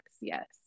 Yes